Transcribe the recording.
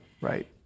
right